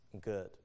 good